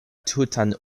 tutan